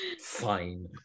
fine